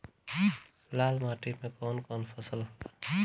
लाल माटी मे कवन कवन फसल होला?